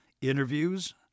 interviews